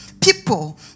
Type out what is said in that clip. people